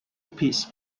peace